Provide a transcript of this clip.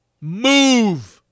Move